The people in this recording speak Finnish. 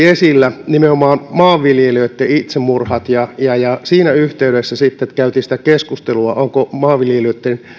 esillä nimenomaan maanviljelijöitten itsemurhat ja ja siinä yhteydessä sitten käytiin sitä keskustelua ovatko maanviljelijöitten